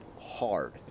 hard